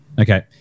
Okay